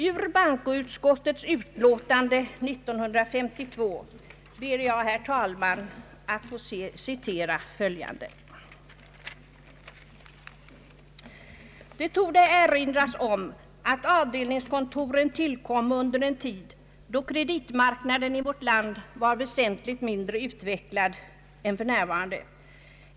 Ur bankoutskottets utlåtande 1952 ber jag, herr talman, att få citera följande: »Det torde få erinras om att avdelningskontoren tillkommo på en tid då kreditmarknaden i vårt land var väsentligt mindre utvecklad än för närvarande.